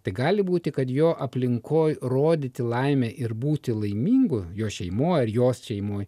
tai gali būti kad jo aplinkoj rodyti laimę ir būti laimingu jo šeimoj ar jos šeimoj